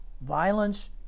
violence